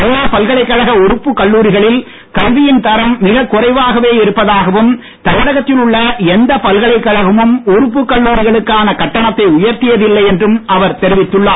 அண்ணா பல்கலைக்கழக உறுப்புக் கல்லூரிகளில் கல்வியின் தரம் மிகக் குறைவாகவே இருப்பதாகவும் தமிழகத்தில் உள்ள எந்த பல்கலைக்கழகமும் உறுப்புக் கல்லூரிகளுக்கான கட்டணத்தை உயர்த்தியதில்லை என்றும் அவர் தெரிவித்துள்ளார்